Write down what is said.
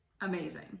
amazing